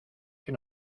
que